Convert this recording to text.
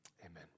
amen